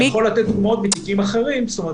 אני יכול לתת דוגמאות מתיקים אחרים, זאת אומרת